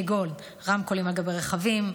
כגון רמקולים על גבי רכבים,